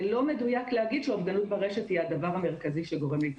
זה לא מדויק להגיד שאובדנות ברשת היא הדבר המרכזי שגורם להתאבדות.